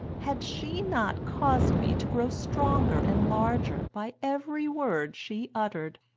had she not caused me to grow stronger and larger by every word she uttered?